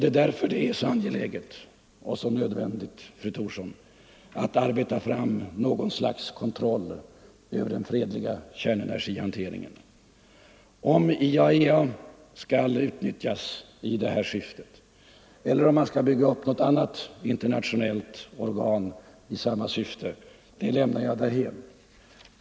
Det är därför det är angeläget och nödvändigt, fru Thorsson, att arbeta fram något slags kontroll över den fredliga kärnenergihanteringen Om IAEA skall utnyttjas i det här syftet eller om man skall bygga upp något annat internationellt organ i samma syfte lämnar jag därhän.